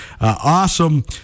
awesome